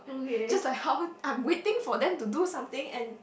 just like Hao I'm waiting for them to do something and